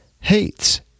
hates